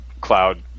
cloud